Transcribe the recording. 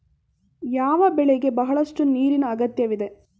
ಯಾವ ಬೆಳೆಗೆ ಬಹಳಷ್ಟು ನೀರಿನ ಅಗತ್ಯವಿದೆ?